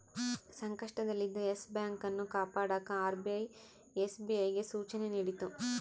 ಸಂಕಷ್ಟದಲ್ಲಿದ್ದ yes bank ಅನ್ನು ಕಾಪಾಡಕ ಆರ್.ಬಿ.ಐ ಎಸ್.ಬಿ.ಐಗೆ ಸೂಚನೆ ನೀಡಿತು